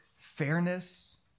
fairness